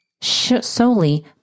solely